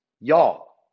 y'all